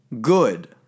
good